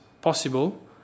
possible